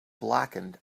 blackened